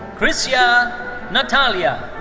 chryssia natalia.